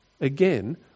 again